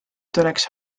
tuleks